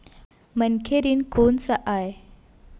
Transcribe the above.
मनखे ऋण कोन स आय?